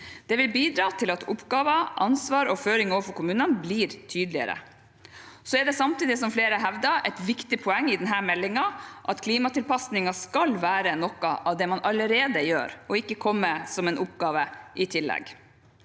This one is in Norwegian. Det vil bidra til at oppgaver, ansvar og føringer overfor kommunene blir tydeligere. Det er samtidig, som flere hevder, et viktig poeng i denne meldingen at klimatilpasningen skal være noe av det man allerede gjør, og ikke komme som en oppgave i tillegg.